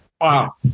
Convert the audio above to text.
Wow